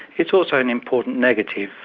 it's also an important negative,